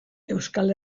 euskal